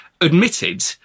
admitted